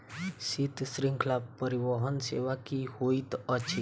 शीत श्रृंखला परिवहन सेवा की होइत अछि?